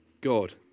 God